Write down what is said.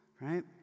right